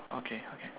okay okay